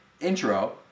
intro